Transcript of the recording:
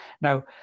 Now